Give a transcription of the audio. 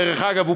דרך אגב,